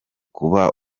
kuba